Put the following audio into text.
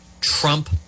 trump